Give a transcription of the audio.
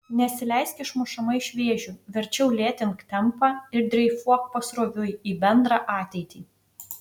nesileisk išmušama iš vėžių verčiau lėtink tempą ir dreifuok pasroviui į bendrą ateitį